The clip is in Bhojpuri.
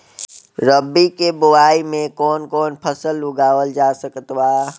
रबी के बोआई मे कौन कौन फसल उगावल जा सकत बा?